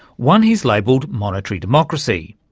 one he's labelled monitory democracy.